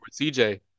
CJ